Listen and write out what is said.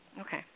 Okay